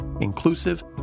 inclusive